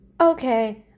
Okay